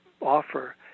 offer